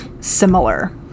similar